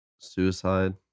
Suicide